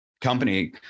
company